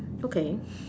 okay